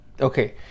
Okay